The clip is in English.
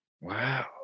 Wow